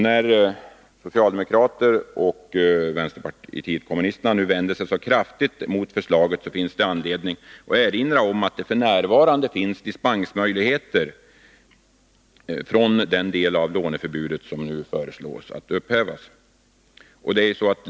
När socialdemokraterna och vänsterpartiet kommunisterna nu vänder sig så kraftigt mot förslaget, finns det anledning att erinra om dispensmöjligheterna i den del av låneförbudet som nu föreslås upphävd.